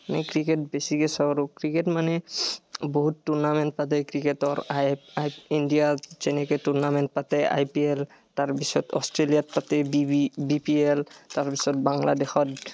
মানে ক্ৰিকেট বেছিকৈ চাওঁ আৰু ক্ৰিকেট মানে বহুত টুৰ্ণামেণ্ট পাতে ক্ৰিকেটৰ আই এপ ইণ্ডিয়া যেনেকৈ টুৰ্ণামেণ্ট পাতে আই পি এল তাৰপিছত অষ্ট্ৰেলিয়াত পাতে B B B P L তাৰপিছত বাংলাদেশত